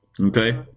Okay